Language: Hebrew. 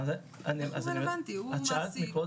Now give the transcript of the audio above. הוא מעסיק.